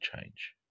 change